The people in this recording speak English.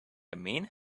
mean